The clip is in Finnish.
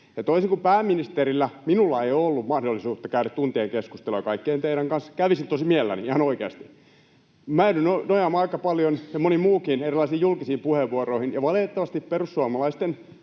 Toisin kuin pääministerillä, minulla ei ollut mahdollisuutta käydä tuntien keskustelua kaikkien teidän kanssa. Kävisin tosi mielelläni, ihan oikeasti. Minä joudun nojaamaan aika paljon, ja moni muukin, erilaisiin julkisiin puheenvuoroihin, ja valitettavasti perussuomalaisten